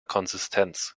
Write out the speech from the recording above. konsistenz